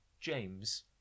James